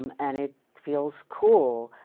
um and it feels cool.